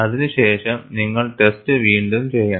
അതിനു ശേഷം നിങ്ങൾ ടെസ്റ്റ് വീണ്ടും ചെയ്യണം